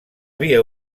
via